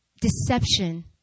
deception